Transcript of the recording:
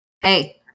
Hey